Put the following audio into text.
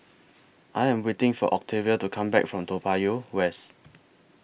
I Am waiting For Octavia to Come Back from Toa Payoh West